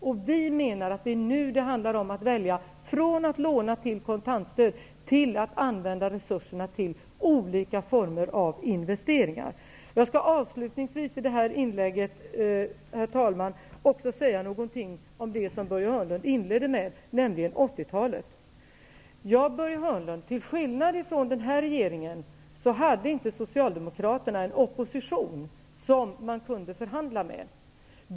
Och vi socialdemokrater menar att det nu handlar om att välja att i stället för att låna till kontantstöd använda resurserna till olika former av investeringar. Herr talman, avslutningsvis vill jag även säga något om det som Börje Hörnlund inledde med, nämligen Till skillnad, Börje Hörnlund, från den här regeringen, hade Socialdemokraterna inte en opposition som man kunde förhandla med.